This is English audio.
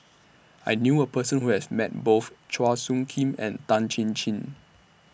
I knew A Person Who has Met Both Chua Soo Khim and Tan Chin Chin